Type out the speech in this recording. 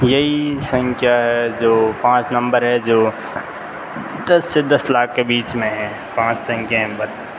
यही संख्या है जो पाँच नम्बर है जो दस से दस लाख के बीच में है पाँच संख्याएँ